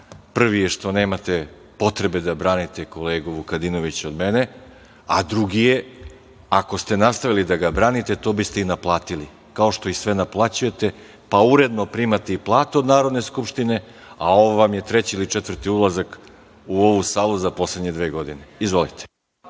Prvi je što nemate potrebe da branite kolegu Vukadinovića od mene, a drugi je – ako ste nastavili da ga branite, to biste i naplatili, kao što i sve naplaćujete, pa uredno primate i platu od Narodne skupštine, a ovo vam je treći ili četvrti ulazak u ovu salu za poslednje dve godine. Izvolite,